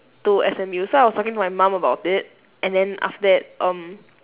to S_M_U so I was talking to my mum about it and then after that um